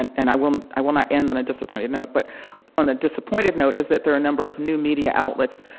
and and i will i will not end on a disappointing note, but on the disappointed note is that there are a number of new media outlets,